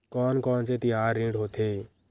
कोन कौन से तिहार ऋण होथे?